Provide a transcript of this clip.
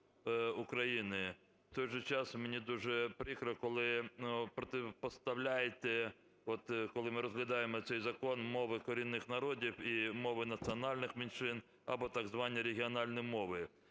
У той же час мені дуже прикро, коли ви противопоставляєте, от коли ми розглядаємо цей закон, мови корінних народів і мови національних меншин або так звані регіональні мови.